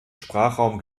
sprachraum